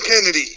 Kennedy